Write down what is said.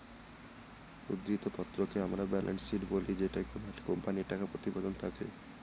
উদ্ধৃত্ত পত্রকে আমরা ব্যালেন্স শীট বলি যেটিতে কোম্পানির টাকা প্রতিবেদন থাকে